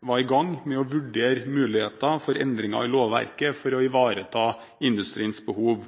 var i gang med å vurdere mulighetene for endringer i lovverket for å ivareta industriens behov.